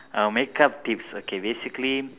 err makeup tips okay basically